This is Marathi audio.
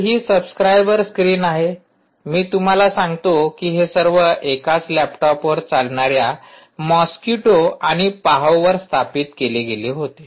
तर ही सबस्क्राइबर स्क्रीन आहे मी तुम्हाला सांगतो की हे सर्व एकाच लॅपटॉपवर चालणार्या मॉस्किटो आणि पाहो वर स्थापित केले गेले होते